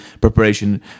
preparation